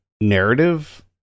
narrative